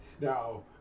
Now